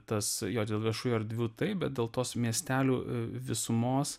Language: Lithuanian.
tas jo dėl viešųjų erdvių taip bet dėl tos miestelių visumos